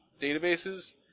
databases